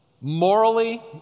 Morally